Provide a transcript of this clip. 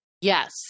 Yes